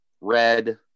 red